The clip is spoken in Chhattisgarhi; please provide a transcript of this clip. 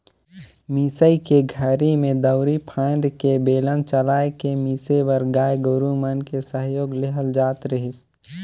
मिसई के घरी में दउंरी फ़ायन्द के बेलन चलाय के मिसे बर गाय गोरु मन के सहयोग लेहल जात रहीस